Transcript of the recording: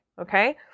okay